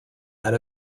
out